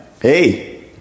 Hey